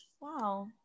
Wow